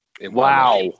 Wow